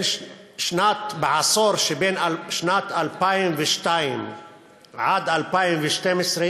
בעשור שבין שנת 2002 לשנת 2012